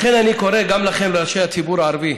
לכן אני קורא גם לכם, לראשי הציבור הערבי: